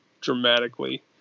dramatically